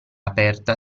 aperta